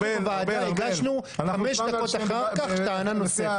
אנחנו בוועדה הגשנו חמש דקות אחר כך טענה נוספת.